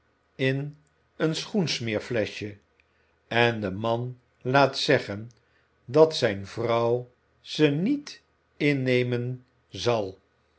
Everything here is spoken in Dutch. smeerfleschje en de man laat zeggen dat zijn vrouw ze niet innemen zal